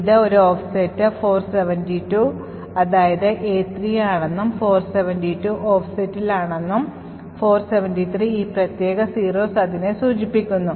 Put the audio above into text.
ഇത് ഒരു ഓഫ്സെറ്റ് 472 അതായത് A3 ആണെന്നും 472 ഓഫ്സെറ്റിലാണെന്നും 473 ഈ പ്രത്യേക zeors അതിനെ സൂചിപ്പിക്കുന്നു